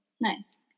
nice